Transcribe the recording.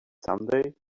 someday